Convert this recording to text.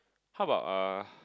how about uh